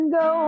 go